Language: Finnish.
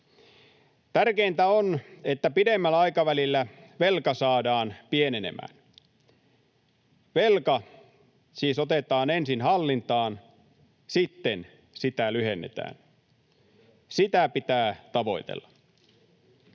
Tärkeintä on, että pidemmällä aikavälillä velka saadaan pienenemään. Velka siis otetaan ensin hallintaan, sitten sitä lyhennetään. Sitä pitää tavoitella.